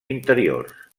interiors